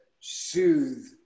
soothe